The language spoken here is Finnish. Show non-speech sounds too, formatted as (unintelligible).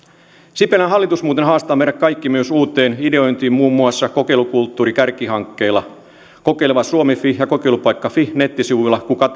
sipilän hallitus muuten haastaa meidät kaikki myös uuteen ideointiin muun muassa kokeilukulttuurikärkihankkeella kokeilevasuomi fi ja kokeilunpaikka fi nettisivuilla kuka (unintelligible)